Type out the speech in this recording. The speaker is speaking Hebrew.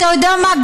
אתה יודע מה,